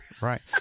Right